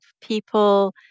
people